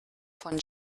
von